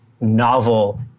novel